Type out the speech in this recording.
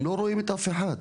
הם לא רואים אף אחד.